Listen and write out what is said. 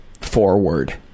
forward